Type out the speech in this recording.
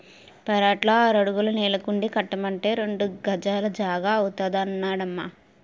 పెరట్లో ఆరడుగుల నీళ్ళకుండీ కట్టమంటే రెండు గజాల జాగా అవుతాదన్నడమ్మా